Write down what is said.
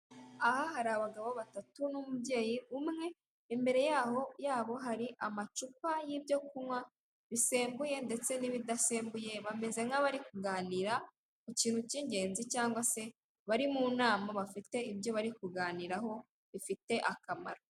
Aha hari abagabo batatu n'umubyeyi umwe, imbere yabo hari amacupa y'ibyo kunywa bisembuye ndetse n'ibidasembuye, bameze nkabari kuganira kukintu kingenzi cyangwa se barimunama bafite ibyo barikuganraho, bifite akamaro.